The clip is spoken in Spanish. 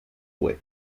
web